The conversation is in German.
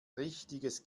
richtiges